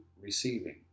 receiving